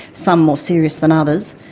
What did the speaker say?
some more serious than others.